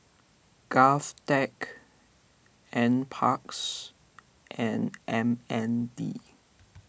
Govtech NParks and M N D